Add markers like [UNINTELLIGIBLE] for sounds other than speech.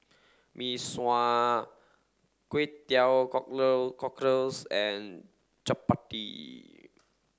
Mee Sua Kway [UNINTELLIGIBLE] Teow [UNINTELLIGIBLE] Cockles and Chappati